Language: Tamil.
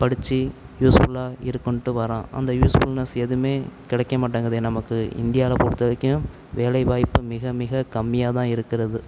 படிச்சு யூஸ்ஃபுல்லாக இருக்குதுன்ட்டு வர்றான் அந்த யூஸ்ஃபுல்னஸ் எதுவுமே கிடைக்கமாட்டேங்கிதே நமக்கு இந்தியாவில் பொறுத்தவரைக்கும் வேலைவாய்ப்பு மிக மிக கம்மியாகதான் இருக்கிறது